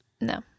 No